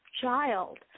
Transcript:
child